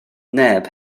neb